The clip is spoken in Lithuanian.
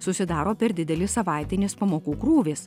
susidaro per didelis savaitinis pamokų krūvis